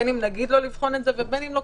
בין אם נגיד לו לבחון את זה ובין אם לא,